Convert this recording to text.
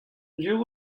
sur